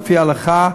לפי ההלכה,